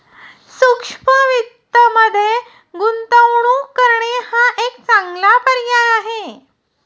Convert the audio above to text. सूक्ष्म वित्तमध्ये गुंतवणूक करणे हा एक चांगला पर्याय आहे